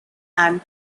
and